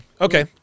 okay